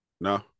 No